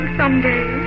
someday